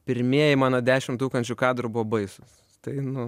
pirmieji mano dešimt tūkstančių kadrų buvo baisūs tai nu